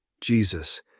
Jesus